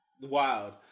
Wild